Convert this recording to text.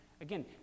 Again